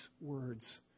words